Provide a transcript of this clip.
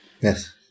Yes